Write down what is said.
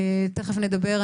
תיכף נדבר.